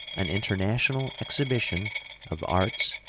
an international exhibition of arts,